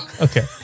Okay